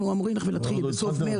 ואנחנו אמורים להתחיל בסוף מרס.